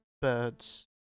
birds